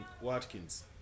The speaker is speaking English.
Watkins